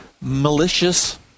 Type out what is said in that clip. malicious